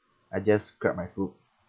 I just grab my food